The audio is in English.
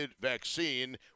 vaccine